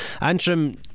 Antrim